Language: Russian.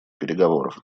переговоров